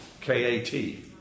K-A-T